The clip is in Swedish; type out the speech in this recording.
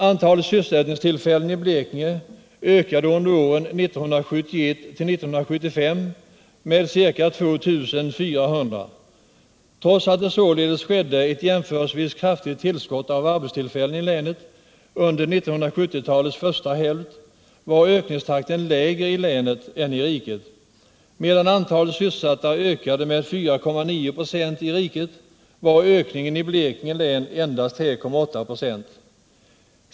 Antalet sysselsättningstillfällen i Blekinge ökade under åren 1971-1975 med ca 2400. Trots att det således blev ett relativt kraftigt tillskott av arbetstillfällen i länet under 1970-talets första hälft, var ökningstakten lägre i länet än i riket. Medan antalet sysselsatta ökade med 4,9 96 i riket, var ökningen i Blekinge län endast 3,8 946.